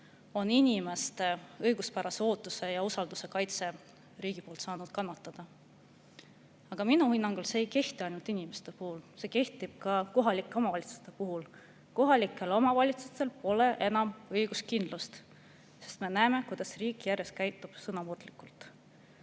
on inimeste õiguspärase ootuse ja usalduse kaitse saanud kannatada. Minu hinnangul see ei kehti ainult inimeste puhul, see kehtib ka kohalike omavalitsuste puhul. Kohalikel omavalitsustel pole enam õiguskindlust, sest me näeme, kuidas riik käitub järjest sõnamurdlikult.